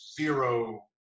zero